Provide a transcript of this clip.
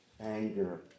anger